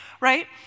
right